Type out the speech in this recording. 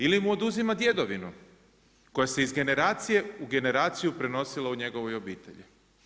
Ili mu oduzima djedovinu koja se iz generacije u generaciju prenosila u njegovoj obitelji.